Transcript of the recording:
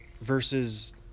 versus